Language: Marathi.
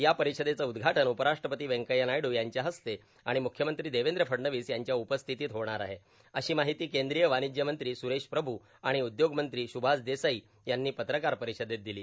या परिषदेचं उदघाटन उपराष्ट्रपती व्यंकय्या नायड्र यांच्या हस्ते आणि मुख्यमंत्री देवेंद्र फडणवीस यांच्या उपस्थितीत होणार आहे अशी माहिती केंद्रीय वाणिज्यमंत्री सुरेश प्रभू आणि उद्योगमंत्री सुभाष देसाई यांनी पत्रकार परिषदेत दिली